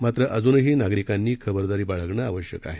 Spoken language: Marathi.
मात्र अजूनहीनागरिकांनीखबरदारीबाळगणंआवश्यकआहे